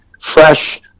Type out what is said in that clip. fresh